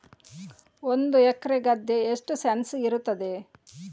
ಒಂದು ಎಕರೆ ಗದ್ದೆ ಎಷ್ಟು ಸೆಂಟ್ಸ್ ಇರುತ್ತದೆ?